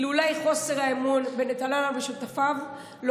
אילולא חוסר האמון בין נתניהו ושותפיו לא